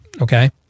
Okay